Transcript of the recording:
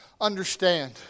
understand